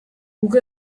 guk